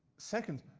second,